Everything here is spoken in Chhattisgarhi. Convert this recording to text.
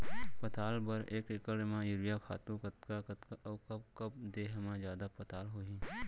पताल बर एक एकड़ म यूरिया खातू कतका कतका अऊ कब कब देहे म जादा पताल होही?